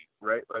right